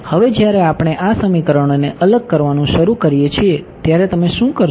હવે જ્યારે આપણે આ સમીકરણોને અલગ કરવાનું શરૂ કરીએ છીએ ત્યારે તમે શું કરશો